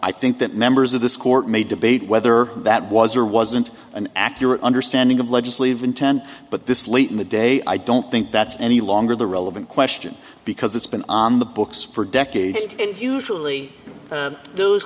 i think that members of this court may debate whether that was or wasn't an accurate understanding of legislative intent but this late in the day i don't think that's any longer the relevant question because it's been on the books for decades and usually those